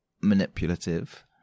manipulative